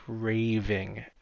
craving